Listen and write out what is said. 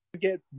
get